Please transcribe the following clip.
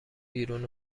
بیرون